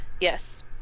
Yes